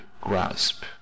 grasp